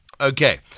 okay